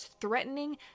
threatening